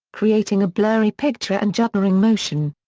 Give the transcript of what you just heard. creating a blurry picture and juddering motion.